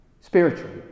spiritually